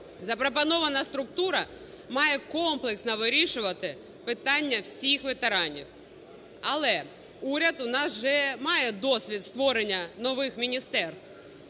Запропонована структура має комплексно вирішувати питання всіх ветеранів. Але уряд у нас вже має досвід створення нових міністерств.